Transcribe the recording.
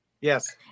yes